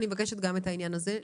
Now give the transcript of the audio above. אני מבקשת לבדוק גם את העניין הזה,